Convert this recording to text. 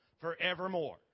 forevermore